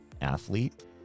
athlete